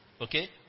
Okay